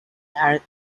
are